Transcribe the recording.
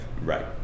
Right